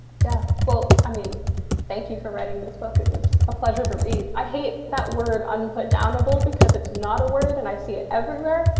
yeah, well, i mean thank you for writing this book. it was a pleasure to read. i hate that word unput downable because it's not a word and i see it everywhere,